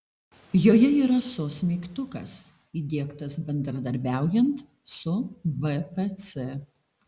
joje yra sos mygtukas įdiegtas bendradarbiaujant su bpc